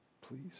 Please